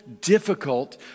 difficult